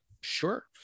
sure